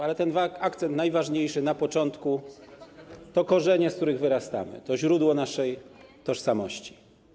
Ale ten akcent najważniejszy na początku to korzenie, z których wyrastamy, to źródło naszej tożsamości.